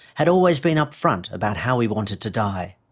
had always been upfront about how he wanted to die.